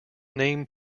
name